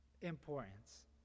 importance